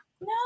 no